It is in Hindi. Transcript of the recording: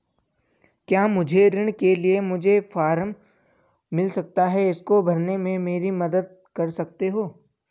क्या मुझे ऋण के लिए मुझे फार्म मिल सकता है इसको भरने में मेरी मदद कर सकते हो?